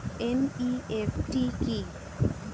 NEFT কি?